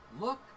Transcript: look